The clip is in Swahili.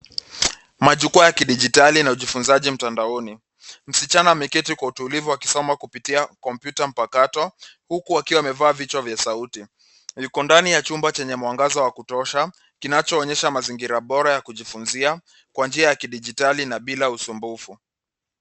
Majukwaa ya kidijitali na ujifunzaji mtandaoni. Msichana ameketi kwa utulivu akisoma kupitia kompyuta mpakato huku akiwa amevaa vichwa vya sauti. Yuko ndani ya chumba chenye mwangaza wa kutosha kinachoonyesha mazingira bora ya kujifunzia kwa njia ya kidijitali na bila usumbufu.